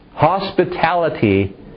Hospitality